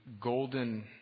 golden